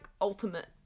ultimate